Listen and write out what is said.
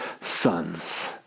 sons